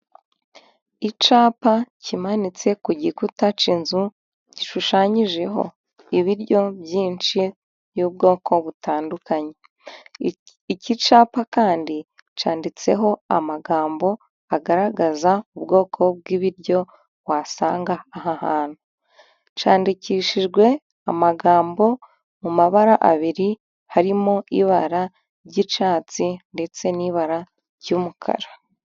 Icyapa kimanitse ku gikuta cy'inzu, gishushanyijeho ibiryo byinshi by'ubwoko butandukanye. Iki cyapa kandi, cyanditseho amagambo agaragaza ubwoko bw'ibiryo wasanga aha hantu. Cyandikishijwe amagambo mu mabara abiri harimo ibara ry'icyatsi, ndetse n'ibara ry'umukara.